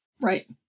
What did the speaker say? Right